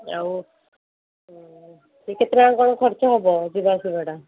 ଆଉ